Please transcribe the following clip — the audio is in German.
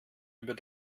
über